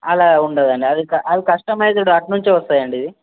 అలా ఉండడు అండి అది క అది కష్టమైజ్డ్ అటు నుంచి వస్తాయండి ఇవి